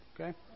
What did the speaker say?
okay